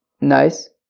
nice